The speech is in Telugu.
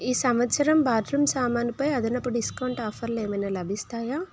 ఈ సంవత్సరం బాత్రూమ్ సామానుపై అదనపు డిస్కౌంట్ ఆఫర్లు ఏమైనా లభిస్తాయా